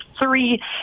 three